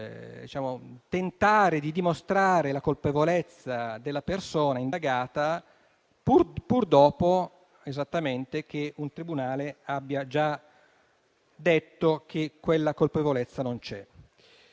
tentare di dimostrare la colpevolezza della persona indagata, pur dopo esattamente che un tribunale abbia già detto che quella colpevolezza non c'è.